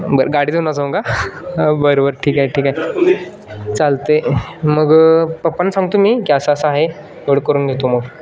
बरं गाडी धुणं सांगू का बरं बरं ठीक आहे ठीक आहे चालते आहे मग पप्पाना सांगतो मी की असं असं आहे एवढं करून घेतो मग